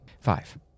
Five